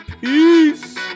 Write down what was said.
Peace